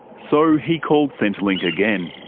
so he called centrelink again.